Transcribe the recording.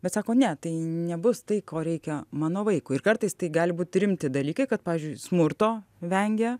bet sako ne tai nebus tai ko reikia mano vaikui ir kartais tai gali būt rimti dalykai kad pavyzdžiui smurto vengia